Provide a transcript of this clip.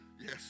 yes